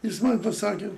jis man pasakė